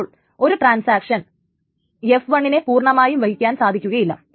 അപ്പോൾ ഒരു ട്രാൻസാക്ഷന് f1 നെ പൂർണ്ണമായും വഹിക്കുവാൻ സാധിക്കുകയില്ല